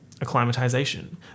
Acclimatization